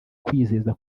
kwizeza